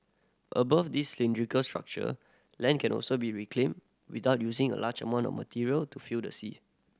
above this cylindrical structure land can also be reclaimed without using a large amount of material to fill the sea